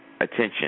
attention